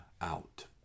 out